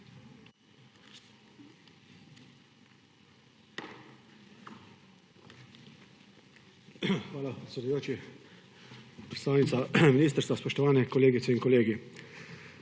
Hvala, predsedujoči. Predstavnica ministrstva, spoštovani kolegice in kolegi!